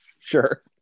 Sure